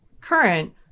current